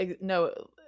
no